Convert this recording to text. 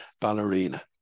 ballerina